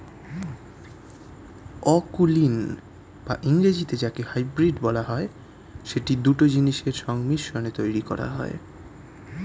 অকুলীন বা ইংরেজিতে যাকে হাইব্রিড বলা হয়, সেটি দুটো জিনিসের সংমিশ্রণে তৈরী করা হয়